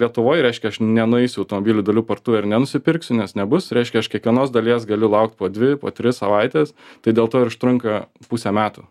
lietuvoj reiškia aš nenueisiu į automobilių dalių partuvę ir nenusipirksiu nes nebus reiškia aš kiekvienos dalies galiu laukt po dvi po tris savaites tai dėl to ir užtrunka pusę metų